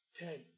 ten